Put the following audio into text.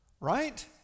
Right